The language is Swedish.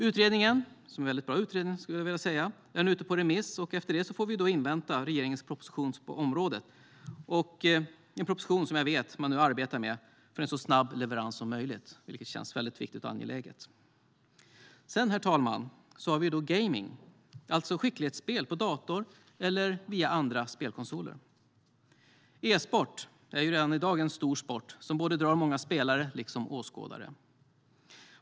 Utredningen, som jag skulle vilja säga är väldigt bra, är nu ute på remiss, och efter det får vi invänta regeringens proposition på området. Det är en proposition som jag vet att man nu arbetar med för en så snabb leverans som möjligt. Det känns viktigt och angeläget. Sedan har vi gaming, alltså skicklighetsspel på dator eller via spelkonsoler. E-sport är redan i dag en stor sport som lockar många spelare liksom åskådare.